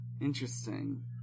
Interesting